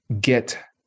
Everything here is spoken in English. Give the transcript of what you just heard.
get